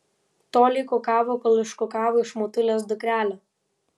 tolei kukavo kol iškukavo iš motulės dukrelę